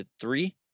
three